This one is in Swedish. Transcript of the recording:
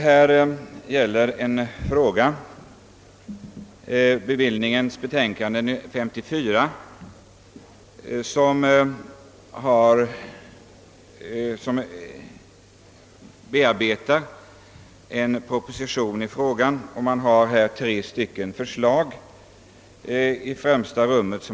Herr talman! Herr Brandt undrade var jag hade läst remissyttrandena.